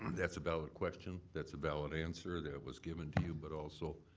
that's a valid question, that's a valid answer that was given to you. but also,